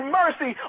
mercy